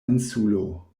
insulo